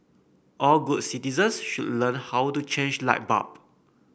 all good citizens should learn how to change light bulb